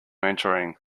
entering